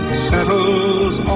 settles